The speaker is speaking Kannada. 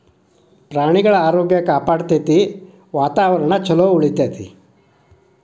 ಪ್ರಾಣಿಗಳ ಆರೋಗ್ಯ ಕಾಪಾಡತತಿ, ವಾತಾವರಣಾ ಚುಲೊ ಉಳಿತೆತಿ